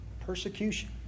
Persecution